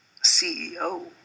CEO